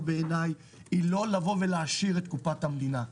היא לא לבוא ולהעשיר את קופת המדינה,